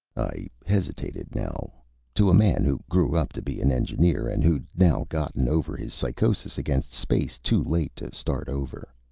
i hesitated now to a man who grew up to be an engineer and who'd now gotten over his psychosis against space too late to start over,